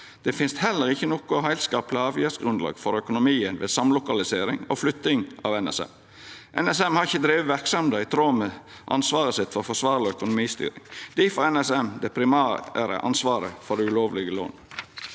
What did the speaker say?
Det finst heller ikkje noko heilskapleg avgjerdsgrunnlag for økonomien ved samlokalisering og flytting av NSM. NSM har ikkje drive verksemda i tråd med ansvaret sitt for forsvarleg økonomistyring. Difor har NSM det primære ansvaret for det ulovlege lånet.